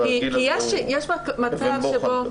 אז הגיל הזה הוא אבן בוחן כזו.